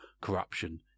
corruption